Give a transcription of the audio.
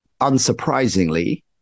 unsurprisingly